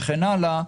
וכן הלאה,